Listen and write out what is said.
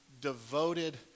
devoted